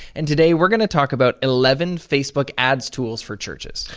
and today we're gonna talk about eleven facebook ads tools for churches.